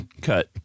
Cut